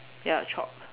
ya chopped